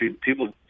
people